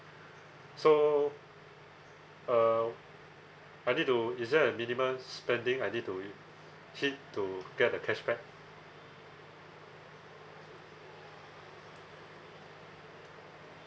so uh I need to is there a minimum spending I need to hit to get the cashback